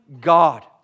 God